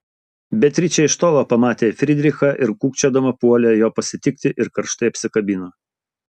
beatričė iš tolo pamatė frydrichą ir kūkčiodama puolė jo pasitikti ir karštai apsikabino